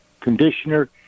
conditioner